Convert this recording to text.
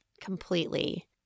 Completely